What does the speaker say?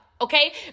okay